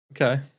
Okay